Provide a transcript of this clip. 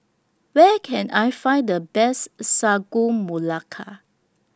Where Can I Find The Best Sagu Melaka